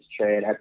trade